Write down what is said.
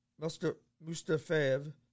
Mustafaev